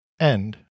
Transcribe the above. End